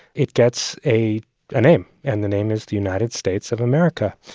it gets a ah name, and the name is the united states of america.